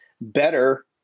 better